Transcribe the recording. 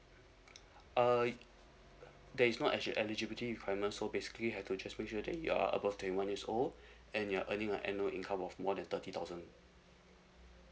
uh there is no actually eligibility requirement so basically you have to just make sure that you're above twenty one years old and you're earning a annual income of more than thirty thousand